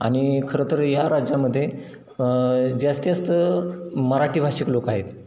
आणि खरंतर या राज्यामध्ये जास्ती जास्त मराठी भाषिक लोक आहेत